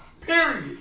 Period